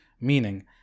meaning